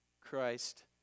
Christ